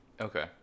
okay